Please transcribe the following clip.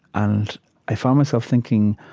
and i found myself thinking,